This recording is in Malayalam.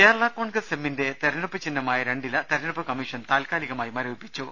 കേരളാ കോൺഗ്രസ് എമ്മിന്റെ തെർഞ്ഞെടുപ്പ് ചിഹ്നമായ രണ്ടില തെര ഞ്ഞെടുപ്പ് കമ്മീഷൻ താൽക്കാലികമായി മരവിപ്പിച്ചു